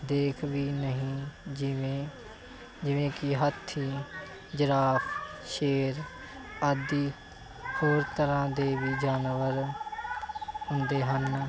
ਦੇਖੇ ਵੀ ਨਹੀਂ ਜਿਵੇਂ ਜਿਵੇਂ ਕਿ ਹਾਥੀ ਜਿਰਾਫ਼ ਸ਼ੇਰ ਆਦਿ ਹੋਰ ਤਰ੍ਹਾਂ ਦੇ ਵੀ ਜਾਨਵਰ ਹੁੰਦੇ ਹਨ